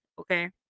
okay